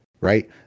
right